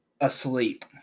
asleep